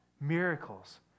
Miracles